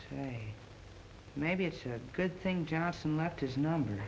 and maybe it's a good thing johnson left his number